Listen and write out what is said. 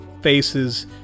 faces